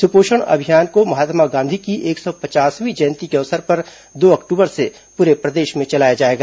सुपोषण अभियान को महात्मा गांधी की एक सौ पचासवीं जयंती के अवसर पर दो अक्टूबर से पूरे प्रदेश में चलाया जाएगा